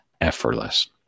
effortless